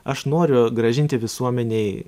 aš noriu grąžinti visuomenei